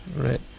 right